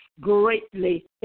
greatly